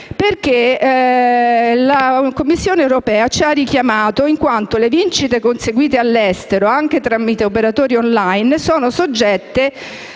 La Commissione europea ci ha richiamato in quanto le vincite conseguite all'estero, anche tramite operatori *on line*, sono soggette